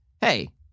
hey